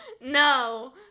no